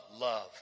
love